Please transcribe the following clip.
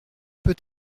peut